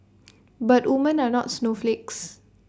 but woman are not snowflakes